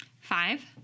Five